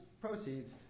proceeds